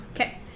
Okay